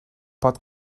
pot